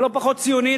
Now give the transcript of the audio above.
זה לא פחות ציוני,